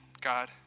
God